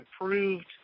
approved